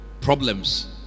problems